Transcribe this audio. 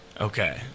Okay